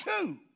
two